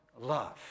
love